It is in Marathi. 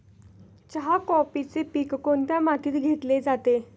चहा, कॉफीचे पीक कोणत्या मातीत घेतले जाते?